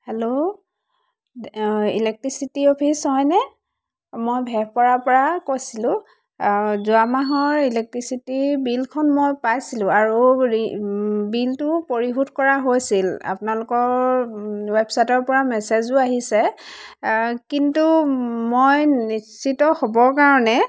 hello electricity office হয়নে মই ভেৰপৰা পৰা কৈছিলোঁ যোৱা মাহৰ ইলেক্ট্ৰিচিটিৰ বিলখন মই পাইছিলোঁ আৰু বিলটো পৰিশোধ কৰা হৈছিল আপোনালোকৰ ৱেবছাইটৰ পৰা মেছেজো আহিছে কিন্তু মই নিশ্চিত হ'বৰ কাৰণে